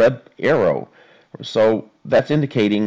red arrow so that's indicating